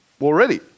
already